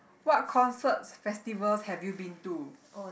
what concerts festivals have you been to